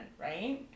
right